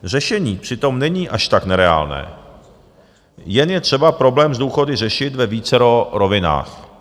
Řešení přitom není až tak nereálné, jen je třeba problém s důchody řešit ve vícero rovinách.